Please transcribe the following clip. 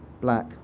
black